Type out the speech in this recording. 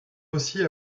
aussi